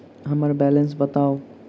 हम्मर बैलेंस बताऊ